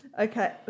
Okay